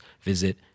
visit